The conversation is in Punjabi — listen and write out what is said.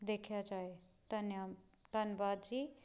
ਦੇਖਿਆ ਜਾਵੇ ਧੰਨਿਆ ਧੰਨਵਾਦ ਜੀ